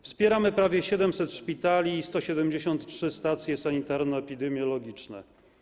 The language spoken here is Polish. Wspieramy prawie 700 szpitali i 173 stacje sanitarno-epidemiologiczne.